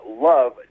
love